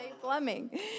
plumbing